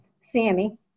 Sammy